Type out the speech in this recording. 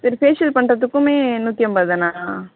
சரி ஃபேஷியல் பண்ணுறதுக்குமே நூற்றி ஐம்பது தானா